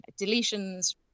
deletions